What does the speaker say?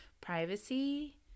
privacy